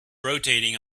rotating